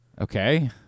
Okay